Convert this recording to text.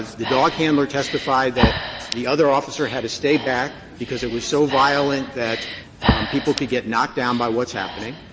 the dog handler testified that the other officer had to stay back, because it was so violent that people could get knocked down by what's happening.